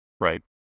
Right